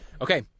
Okay